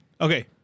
okay